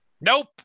Nope